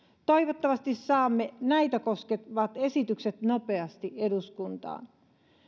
toivottavasti saamme näitä koskevat esitykset nopeasti eduskuntaan